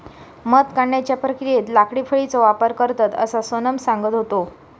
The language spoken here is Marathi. मध काढण्याच्या प्रक्रियेत लाकडी फळीचो वापर करतत, असा सोनम सांगत होता